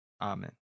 Amen